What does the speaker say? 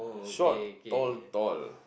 short tall tall